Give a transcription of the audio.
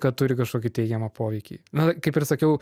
kad turi kažkokį teigiamą poveikį na kaip ir sakiau